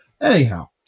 Anyhow